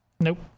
Nope